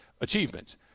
achievements